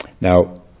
Now